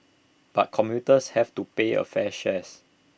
but commuters have to pay A fair shares